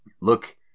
look